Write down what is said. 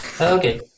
Okay